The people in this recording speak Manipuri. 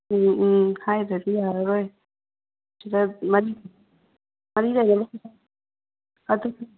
ꯎꯝ ꯎꯝ ꯍꯥꯏꯗ꯭ꯔꯗꯤ ꯌꯥꯔꯔꯣꯏ ꯁꯤꯗ ꯃꯔꯤ ꯂꯩꯅꯕꯁꯤꯡꯗ ꯑꯗꯨꯗꯤ